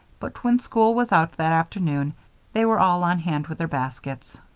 but when school was out that afternoon they were all on hand with their baskets.